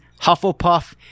Hufflepuff